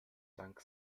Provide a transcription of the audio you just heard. dank